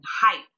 hype